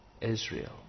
Israel